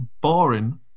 boring